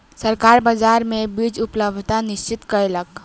सरकार बाजार मे बीज उपलब्धता निश्चित कयलक